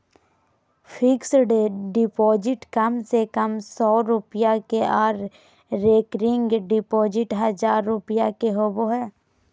fixed deposit कम से कम सौ रुपया के आर रेकरिंग डिपॉजिट हजार रुपया के होबय हय